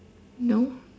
no